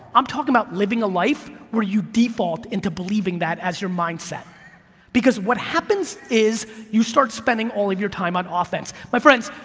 i'm talking about living a life where you default into believing that as your mindset because what happens is you start spending all of your time on offense. my friends,